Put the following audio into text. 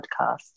podcast